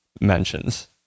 mentions